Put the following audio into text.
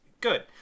good